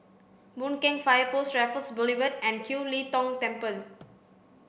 Boon Keng Fire Post Raffles Boulevard and Kiew Lee Tong Temple